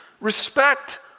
respect